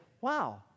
wow